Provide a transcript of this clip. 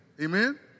Amen